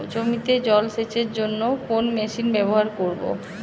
জমিতে জল সেচের জন্য কোন মেশিন ব্যবহার করব?